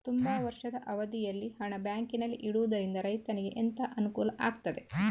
ತುಂಬಾ ವರ್ಷದ ಅವಧಿಯಲ್ಲಿ ಹಣ ಬ್ಯಾಂಕಿನಲ್ಲಿ ಇಡುವುದರಿಂದ ರೈತನಿಗೆ ಎಂತ ಅನುಕೂಲ ಆಗ್ತದೆ?